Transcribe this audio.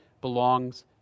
belongs